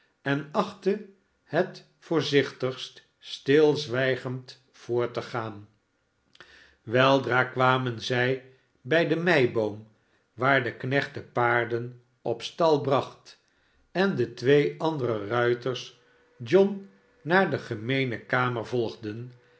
en achtte het voorzichtigst stilzwijgend voort te gaan weldra kwamen zij bij de meiboom waarde knecht depaarden op stal bracht en de twee andere ruiters john naar de gemeene kamer volgden